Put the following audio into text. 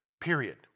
period